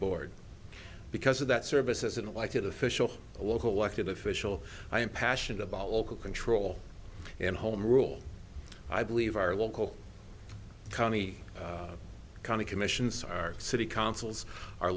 board because of that service as an elected official a local elected official i am passionate about local control and home rule i believe our local county county commissions our city councils our